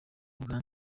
uganda